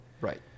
Right